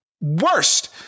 worst